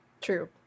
True